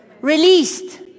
released